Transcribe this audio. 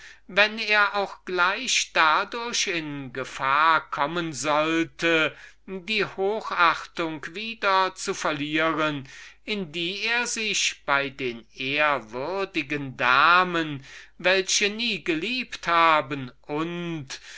wenn er auch gleich dadurch in gefahr kommen sollte die hochachtung wieder zu verlieren in die er sich bei den ehrwürdigen damen welche nie geliebt haben und